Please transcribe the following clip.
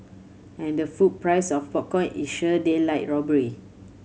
and the food price of popcorn is sheer daylight robbery